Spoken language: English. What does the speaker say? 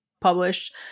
published